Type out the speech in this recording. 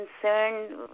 concerned